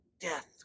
death